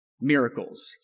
miracles